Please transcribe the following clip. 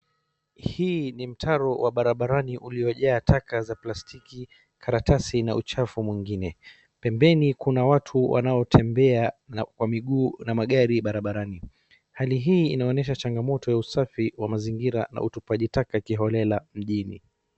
Hii ni mtaro wa barabarani uliyojaa taka za plastiki, karatasi na uchafu mwingine. Pembeni kuna watu wanaotembea kwa miguu na magari barabarani. Hali hii inaonesha changamoto ya usafi wa mazingira na utupaji taka kiholela mjini.